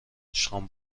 شام